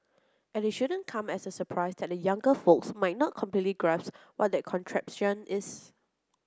and it shouldn't come as a surprise that the younger folks might not completely grasp what that contraption is